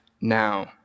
now